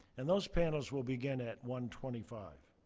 and those panels will begin at one twenty five.